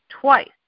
twice